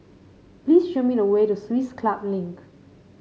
please show me the way to Swiss Club Link